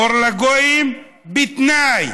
אור לגויים, בתנאי